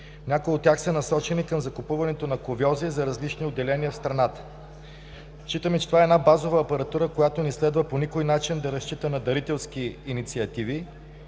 Някои от тях са насочени към закупуването на кувьози за различни отделения в страната. Считаме, че това е една базова апаратура, която не следва по никой начин да разчита на дарителски инициативи.